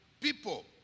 people